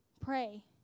Pray